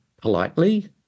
politely